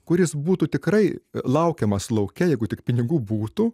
kuris būtų tikrai laukiamas lauke jeigu tik pinigų būtų